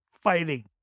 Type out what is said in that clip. fighting